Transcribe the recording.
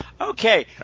Okay